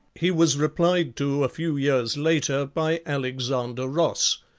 he was replied to a few years later by alexander ross,